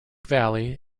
valley